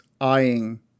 eyeing